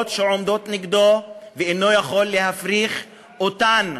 שעומדות נגדו ואינו יכול להפריך אותן.